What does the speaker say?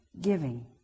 Giving